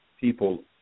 people